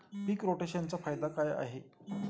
पीक रोटेशनचा फायदा काय आहे?